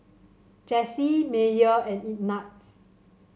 Jessy Myer and Ignatz